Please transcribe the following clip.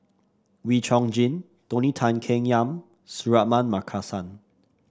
Wee Chong Jin Tony Tan Keng Yam Suratman Markasan